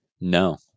No